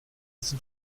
sind